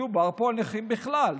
מדובר פה על נכים בכלל.